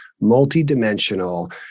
multi-dimensional